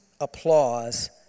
applause